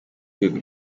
rwego